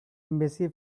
embassy